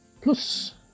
plus